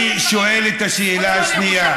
ואני שואל את השאלה השנייה.